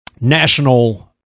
national